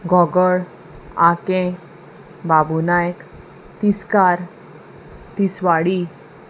घोगळ आकें बाबू नायक तिस्कार तिसवाडी